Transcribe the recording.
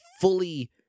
fully